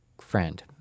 friend